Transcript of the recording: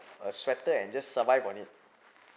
a sweater and just survive on it